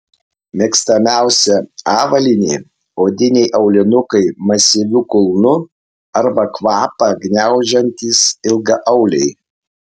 mėgstamiausia avalynė odiniai aulinukai masyviu kulnu arba kvapą gniaužiantys ilgaauliai